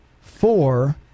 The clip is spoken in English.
four